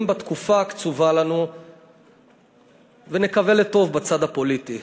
בתקופה הקצובה לנו ונקווה לטוב בצד הפוליטי.